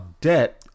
debt